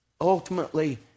ultimately